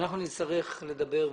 אנחנו נצטרך לדבר ולהחליט,